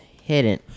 hidden